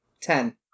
Ten